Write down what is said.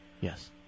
Yes